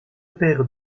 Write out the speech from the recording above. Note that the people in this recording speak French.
père